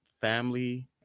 family